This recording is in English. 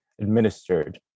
administered